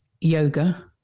yoga